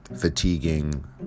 fatiguing